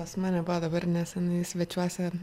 pas mane buvo dabar nesenai svečiuose